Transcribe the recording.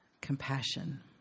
compassion